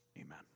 Amen